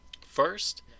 First